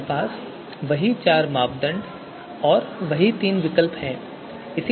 हमारे पास वही चार मानदंड और वही तीन विकल्प हैं